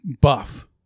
buff